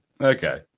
Okay